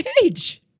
page